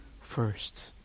first